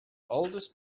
oldest